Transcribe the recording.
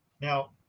Now